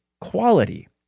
quality